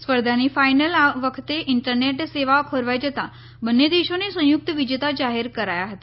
સ્પર્ધાની ફાઈનલ વખતે ઈન્ટરનેટ સેવા ખોરવાઈ જતાં બંને દેશોને સંયુક્ત વિજેતા જાહેર કરાયા હતા